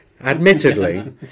Admittedly